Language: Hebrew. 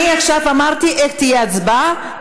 אני עכשיו אמרתי איך תהיה ההצבעה,